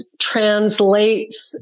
translates